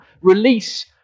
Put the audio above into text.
Release